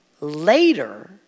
Later